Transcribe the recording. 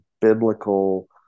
biblical